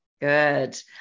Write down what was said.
Good